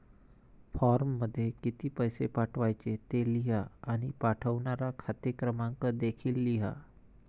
फॉर्ममध्ये किती पैसे पाठवायचे ते लिहा आणि पाठवणारा खाते क्रमांक देखील लिहा